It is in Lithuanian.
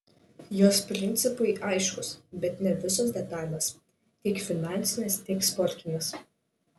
jos principai aiškūs bet ne visos detalės tiek finansinės tiek sportinės